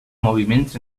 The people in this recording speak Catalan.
moviments